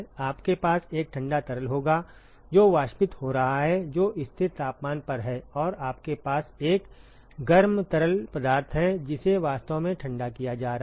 आपके पास एक ठंडा तरल होगा जो वाष्पित हो रहा है जो स्थिर तापमान पर है और आपके पास एक गर्म तरल पदार्थ है जिसे वास्तव में ठंडा किया जा रहा है